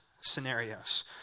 scenarios